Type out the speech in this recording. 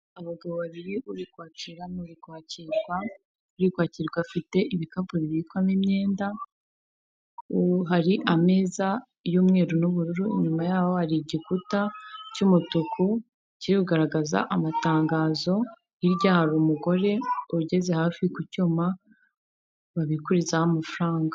Abagabo babiri uri kwakira n'uri kwakirwa, urikwakirwa afite ibikapu bibikwamo imyenda, hari ameza y'umweru n'ubururu, inyuma y'aho hari igikuta cy'umutuku kiri kugaragaza amatangazo, hirya hari umugore ugeze hafi ku cyuma babikurizaho amafaranga.